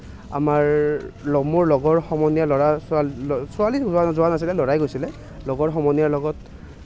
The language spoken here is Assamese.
আমাৰ ল মোৰ লগৰ সমনীয়া ল'ৰাৰ ছোৱা ছোৱালী যোৱা নাছিলে ল'ৰাই গৈছিলে লগৰ সমনীয়াৰ লগত